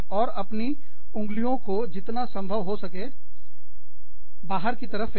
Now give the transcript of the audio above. और अपनी उंगलियों को जितना संभव हो सके बाहर की तरफ फेको